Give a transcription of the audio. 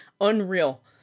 Unreal